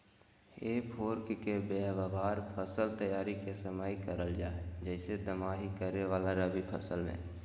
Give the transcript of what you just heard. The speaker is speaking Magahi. हे फोर्क के व्यवहार फसल तैयारी के समय करल जा हई, जैसे दमाही करे वाला रवि फसल मे